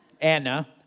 Anna